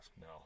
No